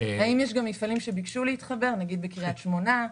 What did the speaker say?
האם יש מפעלים שביקשו להתחבר נגיד בקרית שמונה,